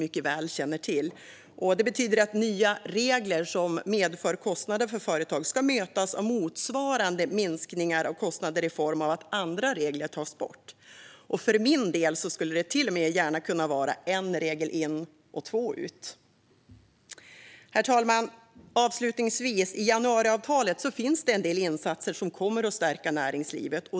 Det betyder att nya regler som medför kostnader för företag ska mötas av motsvarande kostnadsminskningar genom att andra regler tas bort. För min del skulle det till och med gärna kunna vara en regel in och två ut. Avslutningsvis, herr talman, finns det i januariavtalet en del insatser som kommer att stärka näringslivet.